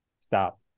Stop